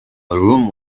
room